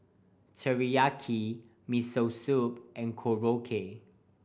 Teriyaki Miso Soup and Korokke